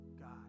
God